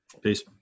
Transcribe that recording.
Peace